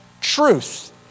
truth